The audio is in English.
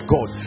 God